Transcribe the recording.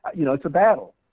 you know, it's a battle,